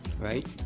right